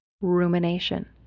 rumination